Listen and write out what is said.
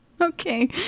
Okay